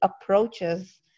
approaches